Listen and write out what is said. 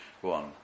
one